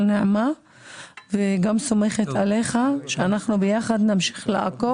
נעמה וגם סומכת עליך שאנחנו ביחד נמשיך לעקוב.